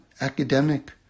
academic